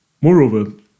Moreover